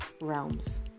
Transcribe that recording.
realms